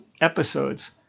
episodes